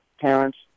parents